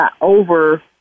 over